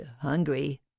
hungry